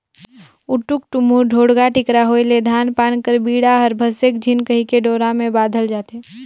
उटुक टुमुर, ढोड़गा टिकरा होए ले धान पान कर बीड़ा हर भसके झिन कहिके डोरा मे बाधल जाथे